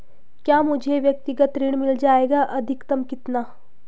क्या मुझे व्यक्तिगत ऋण मिल जायेगा अधिकतम कितना?